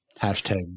Hashtag